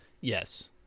yes